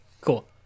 Cool